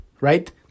right